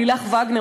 לילך וגנר,